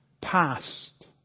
past